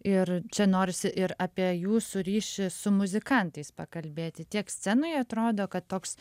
ir čia norisi ir apie jūsų ryšį su muzikantais pakalbėti tiek scenoje atrodo kad toks